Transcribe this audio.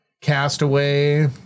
Castaway